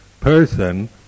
person